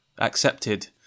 accepted